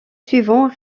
suivant